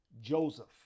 Joseph